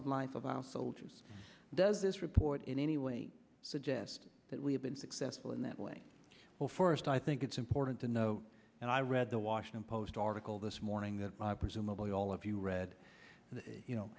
of life of our soldiers does this report in any way suggest that we have been successful in that way well first i think it's important to note and i read the washington post article this morning that presumably all of you read that you know